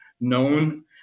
known